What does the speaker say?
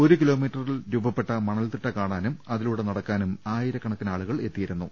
ഒരു കിലോ മീറ്ററിൽ രൂപപ്പെട്ട മണൽതിട്ട കാണാനും അതിലൂടെ നടക്കാനും ആയിരക്കണക്കിനാളുകൾ എത്തിയിരു ന്നു